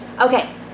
Okay